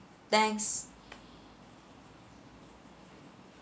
thanks